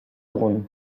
dugun